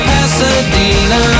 Pasadena